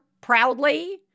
proudly